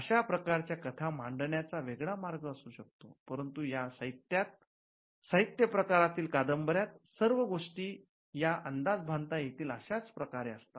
अशा प्रकारच्या कथा मांडण्याचा वेगळा मार्ग असू शकतो परंतु या साहित्य प्रकारातील कादंबर्यात सर्व गोष्टी या अंदाज बांधता येतील अशाच प्रकारे असतात